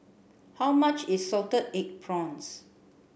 how much is salted egg prawns